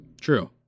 True